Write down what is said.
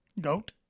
goat